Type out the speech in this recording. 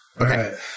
Okay